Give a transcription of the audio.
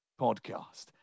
podcast